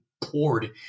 poured